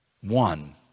One